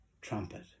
trumpet